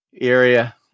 area